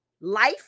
life